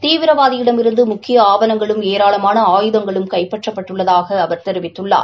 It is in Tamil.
தீவிரவாதியிடமிருந்து முக்கிய ஆவணங்களும் ஏராளமான ஆயுதங்களும் கைப்பற்ப்பட்டுள்ளதாக அவா தெரிவித்துள்ளார்